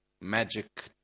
magic